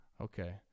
Okay